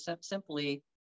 simply